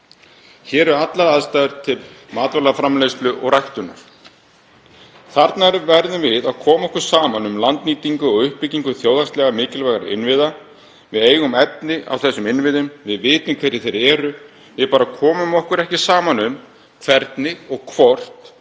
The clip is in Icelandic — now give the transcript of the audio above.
Hér eru allar aðstæður til matvælaframleiðslu og ræktunar. Þarna verðum við að koma okkur saman um landnýtingu og uppbyggingu þjóðhagslega mikilvægra innviða. Við höfum efni á þessum innviðum, við vitum hverjir þeir eru. Við komum okkur bara ekki saman um hvernig og hvort